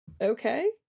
okay